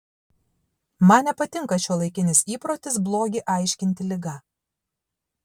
man nepatinka šiuolaikinis įprotis blogį aiškinti liga